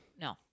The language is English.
No